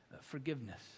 forgiveness